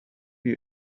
you